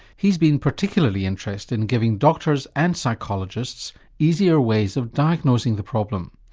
he's been particularly interested in giving doctors and psychologists easier ways of diagnosing the problem.